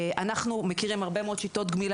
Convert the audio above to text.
אנחנו מכירים הרבה מאוד שיטות גמילה